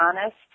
honest